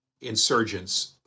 insurgents